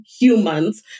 humans